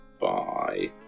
bye